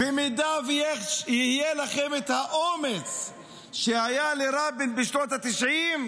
במידה שיהיה לכם האומץ שהיה לרבין בשנות התשעים,